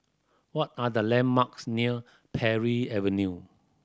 what are the landmarks near Parry Avenue